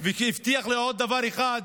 הוא הבטיח לי עוד דבר אחד,